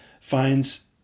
finds